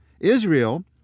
Israel